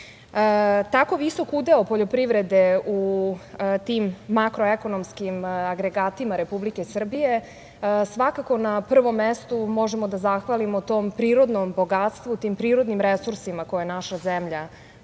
Tako visok udeo poljoprivrede u tim makroekonomskim agregatima Republike Srbije svakako na prvom mestu možemo da zahvalimo tom prirodnom bogatstvu, tim prirodnim resursima koje naša zemlja